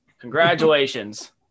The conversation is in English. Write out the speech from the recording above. Congratulations